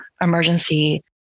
emergency